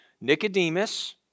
Nicodemus